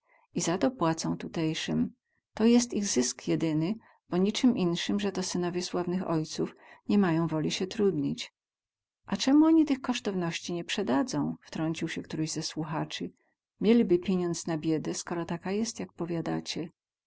za to płacą tutejsym to jest ich zysk jedyny bo nicym insem ze to synowie sławnych ojców ni mają wóli sie trudnić a cemu oni tych kostowności nie przedadzą wtrącił któryś ze słuchaczy mieliby piniądz na biedę skoro taka jest jak powiadacie